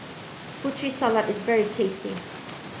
Putri Salad is very tasty